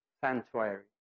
sanctuary